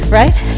right